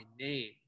name